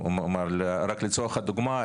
רק לצורך הדוגמה,